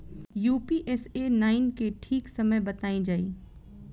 Pusa nine के ठीक समय बताई जाई?